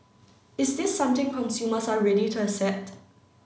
is this something consumers are ready to accept